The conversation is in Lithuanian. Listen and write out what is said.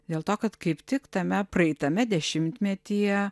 dėl to kad kaip tik tame praeitame dešimtmetyje